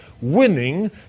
winning